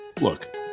look